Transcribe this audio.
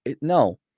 No